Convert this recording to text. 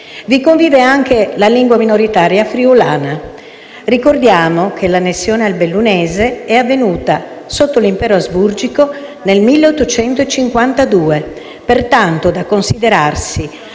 Vi convive anche la lingua minoritaria friuliana. Ricordiamo che l'annessione al bellunese è avvenuta sotto l'Impero ausburgico nel 1852, pertanto da considerarsi,